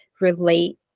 relate